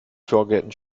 vorgärten